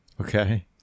Okay